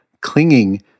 clinging